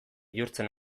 bihurtzen